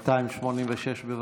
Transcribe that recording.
286, בבקשה.